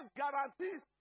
guarantees